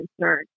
concern